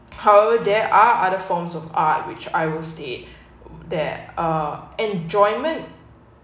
how there are other forms of art which I will state that uh enjoyment